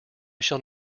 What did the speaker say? shall